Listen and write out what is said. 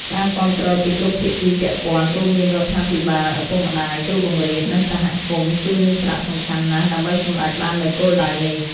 ការគាំទ្រពីគ្រប់ភាគីពាក់ព័ន្ធ រួមមានរដ្ឋាភិបាល ឪពុកម្តាយ គ្រូបង្រៀន និងសហគមន៍ គឺមាន សារៈសំខាន់ណាស់ ដើម្បីសម្រេចបាននូវគោលដៅនេះ។